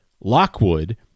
Lockwood